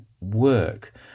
work